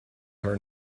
her